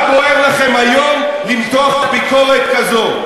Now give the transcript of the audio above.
מה בוער לכם היום למתוח ביקורת כזאת?